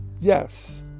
yes